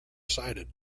sighted